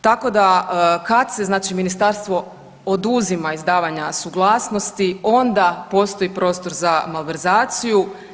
Tako da kad se ministarstvo oduzima izdavanja suglasnosti onda postoji prostor za malverzaciju.